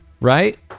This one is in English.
right